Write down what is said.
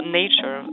nature